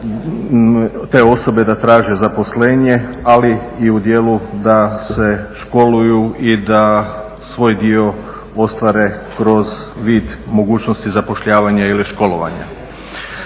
te osobe da traže zaposlenje, ali i u dijelu da se školuju i da svoj dio ostvare kroz vid mogućnosti zapošljavanja ili školovanja.